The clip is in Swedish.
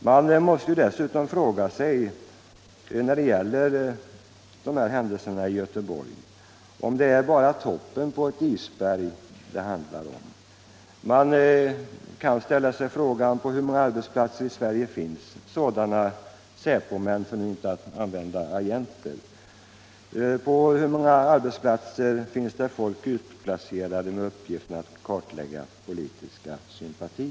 Vad gäller händelserna i Göteborg kan man dessutom fråga sig om det bara var toppen på ett isberg som det handlade om där. Och man kan fråga: På hur många arbetsplatser i Sverige finns det sådana säpomän — för att här nu inte använda ordet agenter — och på hur många arbetsplatser finns det folk utplacerat med uppgift att kartlägga politiska sympatier?